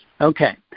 Okay